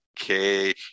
okay